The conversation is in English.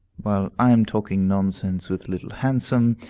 while i am talking nonsense with little handsome,